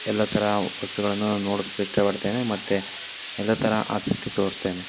ಎಲ್ಲ ತರಹ ವಸ್ತುಗಳನ್ನು ನಾನು ನೋಡೋಕ್ಕೆ ಇಷ್ಟಪಡ್ತೇನೆ ಮತ್ತು ಎಲ್ಲ ತರಹ ಆಸಕ್ತಿ ತೋರಿಸ್ತೇನೆ